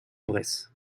bresse